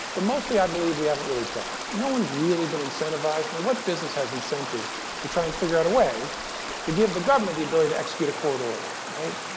but mostly, i believe we haven't really tried. no one's really been incentivised. i mean, what business has incentive to try and figure out a way to give the government the ability to execute a court order, right?